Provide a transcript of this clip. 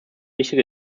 michel